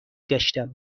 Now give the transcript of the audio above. گشتم